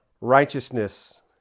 Righteousness